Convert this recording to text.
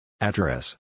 Address